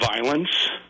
violence